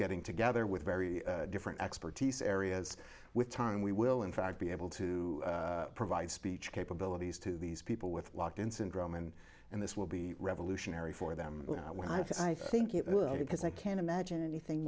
getting together with very different expertise areas with time we will in fact be able to provide speech capabilities to these people with locked in syndrome and and this will be revolutionary for them when i think it will because i can't imagine anything